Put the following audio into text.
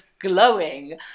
glowing